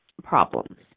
problems